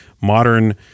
modern